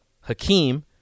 Hakeem